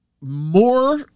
more